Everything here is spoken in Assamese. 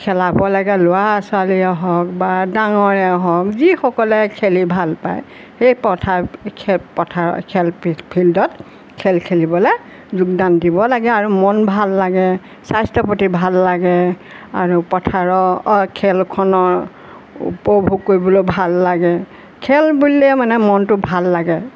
খেলাব লাগে ল'আ ছোৱালীয়ে হওক বা ডাঙৰে হওক যিসকলে খেলি ভাল পায় সেই পথাৰ খেল পথাৰ খেল ফিল্ডত খেল খেলিবলৈ যোগদান দিব লাগে আৰু মন ভাল লাগে স্বাস্থ্য পাতি ভাল লাগে আৰু পথাৰৰ অঁ খেলখনৰ উপভোগ কৰিবলৈ ভাল লাগে খেল বুলিলে মানে মনটো ভাল লাগে